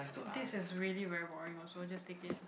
this is really very boring also just take it